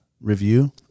review